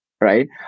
right